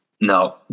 No